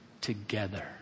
together